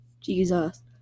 jesus